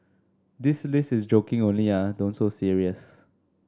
this list is joking only ah don't so serious